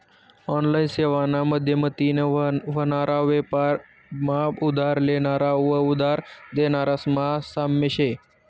online सेवाना माध्यमतीन व्हनारा बेपार मा उधार लेनारा व उधार देनारास मा साम्य शे